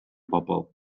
bobl